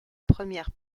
première